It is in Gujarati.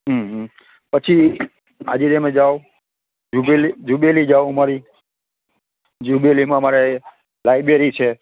હં હં પછી હાજી ડેમે જાવ જુબેલી જુબેલી જાવ અમારી જુબેલીમાં અમારે લાઈબ્રેરી છે